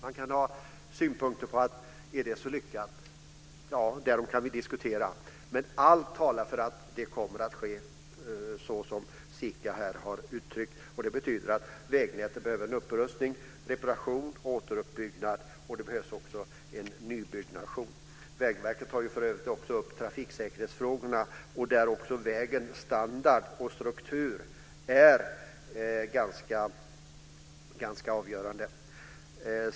Man kan ha synpunkter på om det är så lyckat - därom kan vi diskutera - men allt talar för att det kommer att bli så som SIKA har uttryckt det. Det betyder att vägnätet behöver en upprustning, reparation och återuppbyggnad. Det behöver också byggas nytt. Vägverket tar för övrigt också upp trafiksäkerhetsfrågorna. Vägens standard och struktur är ganska avgörande.